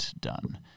done